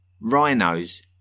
rhinos